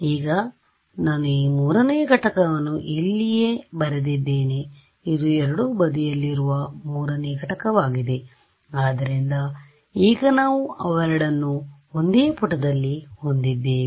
ಈಗ ನಾನು 3 ನೇ ಘಟಕವನ್ನು ಇಲ್ಲಿಯೇ ನಾನು ಬರೆದಿದ್ದೇನೆ ಇದು ಎರಡೂ ಬದಿಯಲ್ಲಿರುವ 3 ನೇ ಘಟಕವಾಗಿದೆಆದ್ದರಿಂದ ಈಗ ನಾವು ಅವೆರಡನ್ನೂ ಒಂದೇ ಪುಟದಲ್ಲಿ ಹೊಂದಿದ್ದೇವೆ